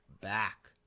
back